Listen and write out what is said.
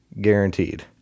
guaranteed